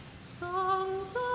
songs